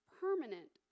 permanent